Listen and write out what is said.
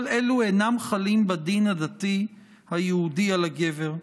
כל אלו אינם חלים בדין הדתי היהודי על הגבר.